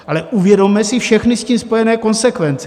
Ale uvědomme si všechny s tím spojené konsekvence.